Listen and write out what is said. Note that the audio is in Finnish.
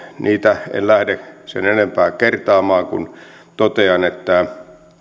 niitä en lähde sen enempää kertaamaan vaan totean että